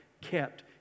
kept